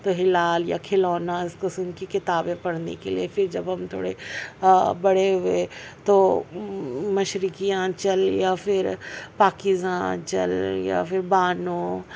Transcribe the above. تو ہلال یا کھلونا اس قسم کی کتابیں پڑھنے کے لیے پھر جب ہم تھوڑے بڑے ہوئے تو مشرقی آنچل یا پھر پاکیزہ آنچل یا پھر بانو